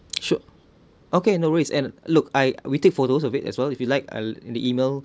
sure okay no worries and look I we take photos of it as well if you like I'll email